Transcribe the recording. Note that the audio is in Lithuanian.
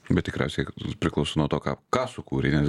bet tikriausiai priklauso nuo to ką ką sukūrei nes